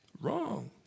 Wrong